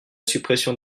suppression